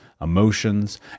emotions